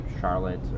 Charlotte